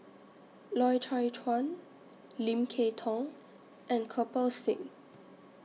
Loy Chye Chuan Lim Kay Tong and Kirpal Singh